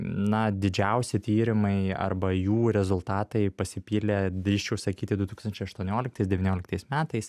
na didžiausi tyrimai arba jų rezultatai pasipylė drįsčiau sakyti du tūkstančiai aštuonioliktais devynioliktais metais